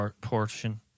portion